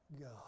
God